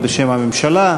או בשם הממשלה.